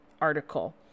article